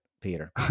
peter